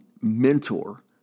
mentor